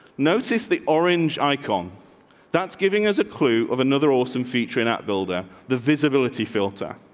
notice the orange icon that's giving us a clue of another awesome featuring that builder the visibility filter.